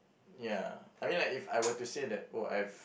ya I mean like if I were to say that oh I've